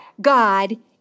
God